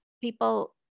people